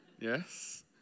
Yes